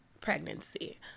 pregnancy